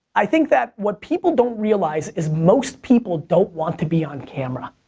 i think that what people don't realize is most people don't want to be on camera.